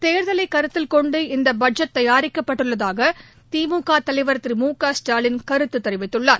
தேர்தலை கருத்தில் கொண்டு இந்த பட்ஜெட் தயாரிக்கப்பட்டுள்ளதாக திமுக தலைவர் திரு மு க ஸ்டாலின் கருத்து தெரிவித்துள்ளார்